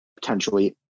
potentially